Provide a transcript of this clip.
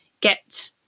get